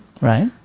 Right